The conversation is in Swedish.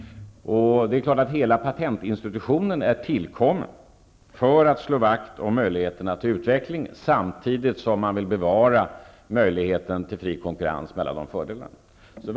Det är klart att hela patentinstitutionen är tillkommen för att slå vakt om möjligheterna till utveckling samtidigt som man vill bevara möjligheten till fri konkurrens med alla de fördelar som den för med sig.